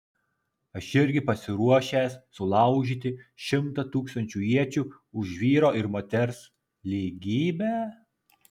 aš irgi pasiruošęs sulaužyti šimtą tūkstančių iečių už vyro ir moters lygybę